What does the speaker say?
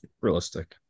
realistic